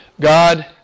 God